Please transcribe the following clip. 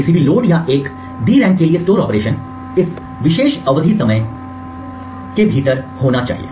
किसी भी लोड या एक DRAM के लिए स्टोर ऑपरेशन इस विशेष समय अवधि के भीतर होना चाहिए